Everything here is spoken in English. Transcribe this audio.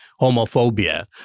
homophobia